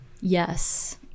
Yes